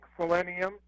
selenium